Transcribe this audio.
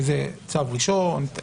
שזה צו ראשון,